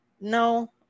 No